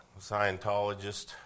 Scientologist